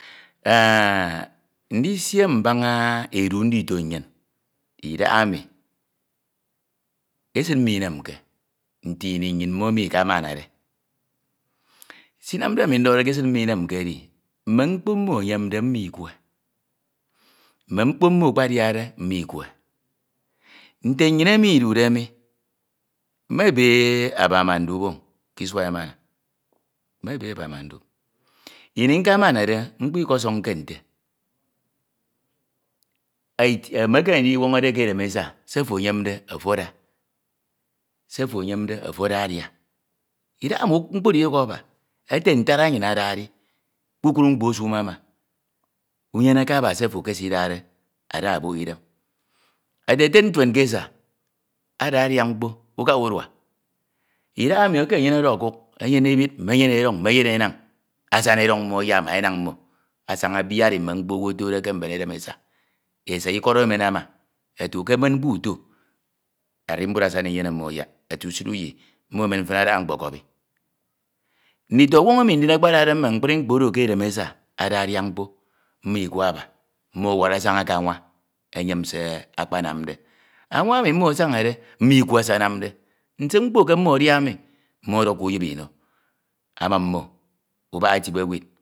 ndisie mbaña edi ndito nnyin idahami esid mmo inemke nte ini nnyin mmomi ikamanade Nsinam ami ndokhode ke esid mmo inemke uh mme mkpo emi mmo eyemde mmo ikwe mme mkpo mmo akpadiade mmo ikwe, nte nnyin emi idude emi mebe aba ma ndip ke isua emsna mmebe aba ma duo inj akamade mkpo ikọsọñke ke edem esa se ofo eyemde ofo ada se ofo eyemde ofo ada adia, idahni nkyo oro idukho aba edi kpukpru mkpo idukino aba nyeneke aba se ofo ekesida ada obok idem eteted nted ke esa ada adia mkpo ukaha urua idahami eke enyeneke ọkuk enyene ebi mme enyene eroñ mme enyene unañ asuna eroñ mma ayak ma eñañ mmo asaña abiaii mme mkpo umn otode ke mbeni edem esa esa ikọd emen aba ete ukemen mkpo uto anmbud asana inyene mmo anyak ete usure inyi mmo emen tin adaha mkpo ọbi nditouoñ emi ndi akpa adade mme mkpri mkpo oro ndin ke edem esa ada adia mkpo mmo owọro asaña ke anwa iyen se akpanande anwa ndin mmo asaña de mmo nawa se ansinde nse mkpo ke mmo adia emi mmo ọduk ke uyip ino, amun mmo ubak etip ewid